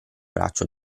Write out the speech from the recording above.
braccio